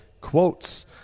quotes